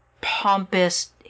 pompous